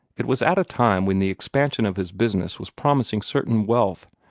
it was at a time when the expansion of his business was promising certain wealth,